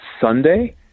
Sunday